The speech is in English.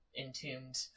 entombed